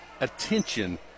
attention